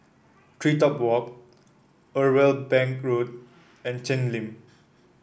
TreeTop Walk Irwell Bank Road and Cheng Lim